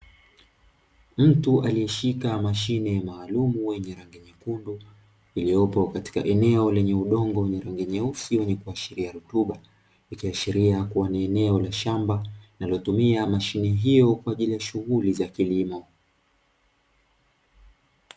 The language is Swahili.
Mtu aliyeshika mashine maalumu yenye rangi nyekundu, iliyopo katika eneo lenye udongo wenye rangi nyeusi wenye kuashiria rutuba. Ikiashiria kuwa ni eneo la shamba linalotumia mashine hiyo kwa ajili ya shughuli za kilimo.